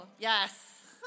Yes